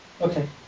Okay